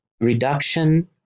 reduction